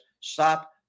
stop